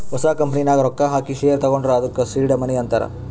ಹೊಸ ಕಂಪನಿ ನಾಗ್ ರೊಕ್ಕಾ ಹಾಕಿ ಶೇರ್ ತಗೊಂಡುರ್ ಅದ್ದುಕ ಸೀಡ್ ಮನಿ ಅಂತಾರ್